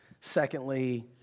Secondly